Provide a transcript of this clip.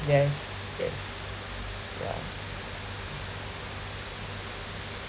yes yes yeah